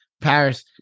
Paris